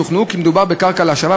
שוכנעו כי מדובר בקרקע להשבה,